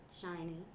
shiny